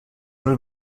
del